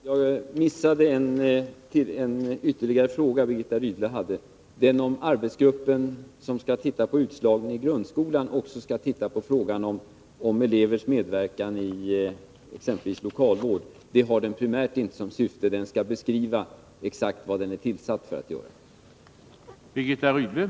Herr talman! Birgitta Rydle hade ställt ytterligare en fråga, nämligen frågan huruvida den arbetsgrupp som skall studera utslagningen i grundskolan också skall behandla elevers medverkan i exempelvis lokalvård. Arbetsgruppen har inte primärt detta syfte. Den skall beskriva exakt det som den är tillsatt för att studera.